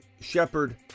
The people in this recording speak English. Shepard